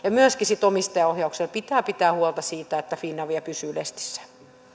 myöskin omistajaohjauksen pitää pitää huolta siitä että finavia pysyy lestissään